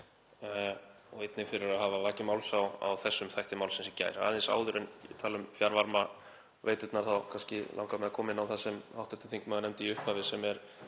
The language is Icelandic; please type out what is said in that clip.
og einnig fyrir að hafa vakið máls á þessum þætti málsins í gær. Aðeins áður en ég tala um fjarvarmaveiturnar þá langar mig að koma inn á það sem hv. þingmaður nefndi í upphafi, sem er